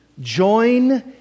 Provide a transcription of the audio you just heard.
join